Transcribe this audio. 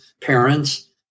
parents